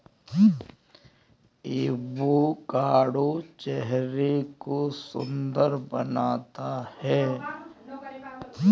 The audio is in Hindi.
एवोकाडो चेहरे को सुंदर बनाता है